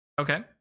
Okay